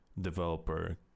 developer